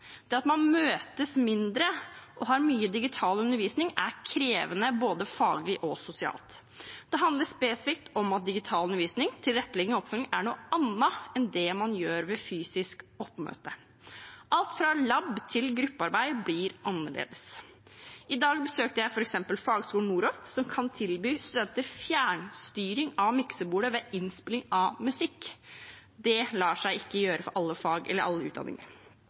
Det at man møtes mindre og har mye digital undervisning, er krevende både faglig og sosialt. Det handler spesifikt om at digital undervisning, tilrettelegging og oppfølging er noe annet enn det man har ved fysisk oppmøte. Alt fra labarbeid til gruppearbeid blir annerledes. I dag besøkte jeg f.eks. fagskolen Noroff, som kan tilby studenter fjernstyring av miksebord ved innspilling av musikk. Det lar seg ikke gjøre for alle fag eller alle utdanninger.